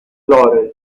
lawrence